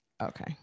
okay